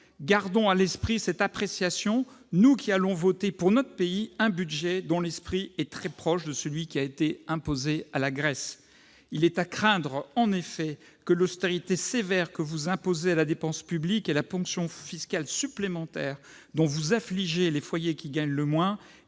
Gardons à l'esprit cette appréciation, nous qui allons voter, pour notre pays, un budget dont l'esprit est très proche de celui qui a été imposé à la Grèce. Il est à craindre en effet que l'austérité sévère que vous imposez à la dépense publique et la ponction fiscale supplémentaire dont vous affligez les foyers qui gagnent le moins